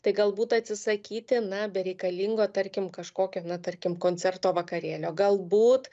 tai galbūt atsisakyti na bereikalingo tarkim kažkokio na tarkim koncerto vakarėlio galbūt